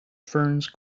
ferns